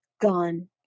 gone